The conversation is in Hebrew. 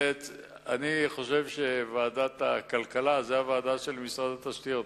אני חושב שוועדת הכלכלה זו הוועדה של משרד התשתיות,